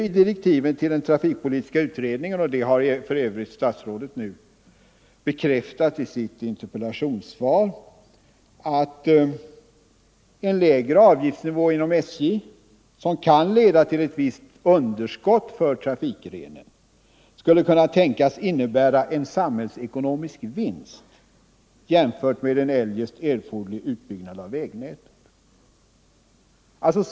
I direktiven till den trafikpolitiska utredningen sägs — och det har för övrigt statsrådet bekräftat i sitt interpellationssvar — att en lägre avgifts Nr 128 nivå inom SJ, som kan leda till ett visst underskott för trafikgrenen, Tisdagen den skulle kunna innebära en samhällsekonomisk vinst jämfört med en eljest 26 november 1974 erforderlig utbyggnad av vägnätet.